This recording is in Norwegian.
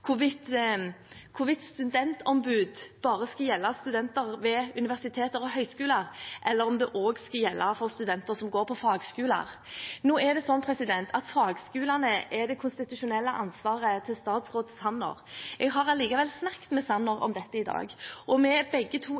hvorvidt studentombud bare skal gjelde studenter ved universiteter og høyskoler, eller om det også skal gjelde for studenter ved fagskoler. Nå er det slik at fagskolene er det statsråd Sanner som har det konstitusjonelle ansvaret for. Jeg har likevel snakket med statsråd Sanner om dette i dag, og